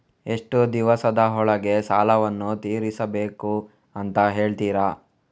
ಎಷ್ಟು ದಿವಸದ ಒಳಗೆ ಸಾಲವನ್ನು ತೀರಿಸ್ಬೇಕು ಅಂತ ಹೇಳ್ತಿರಾ?